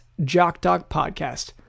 jockdogpodcast